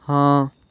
ହଁ